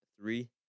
three